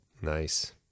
Nice